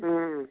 ꯎꯝ